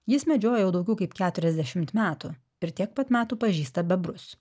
jis medžioja jau daugiau kaip keturiasdešimt metų ir tiek pat metų pažįsta bebrus